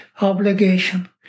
obligation